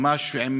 ממש עם